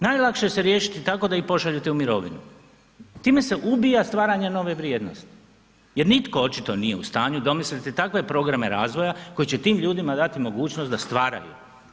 Najlakše ih se riješiti tako da ih pošaljete u mirovinu, time se ubija stvaranje nove vrijednosti jer nitko očito nije u stanju domisliti takve programe razvoja koji će tim ljudima dati mogućnost da stvaraju.